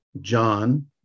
John